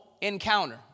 encounter